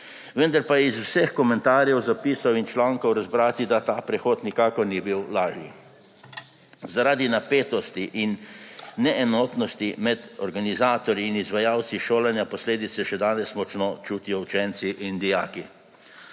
Vendar pa je iz vseh komentarjev, zapisov in člankov razbrati, da ta prehod nikakor ni bil lažji. Zaradi napetosti in neenotnosti med organizatorji in izvajalci šolanja posledice še danes močno čutijo učenci in dijaki.